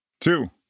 two